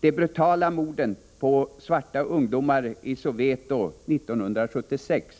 De brutala morden på svarta ungdomar i Soweto 1976